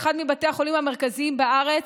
באחד מבתי החולים המרכזיים בארץ,